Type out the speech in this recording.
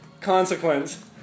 consequence